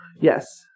Yes